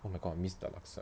oh my god I miss the laksa